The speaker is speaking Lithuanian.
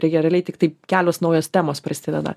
reikia realiai tiktai kelios naujos temos prisideda